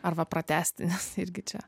arba pratęsti nes irgi čia